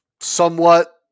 somewhat